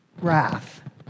Wrath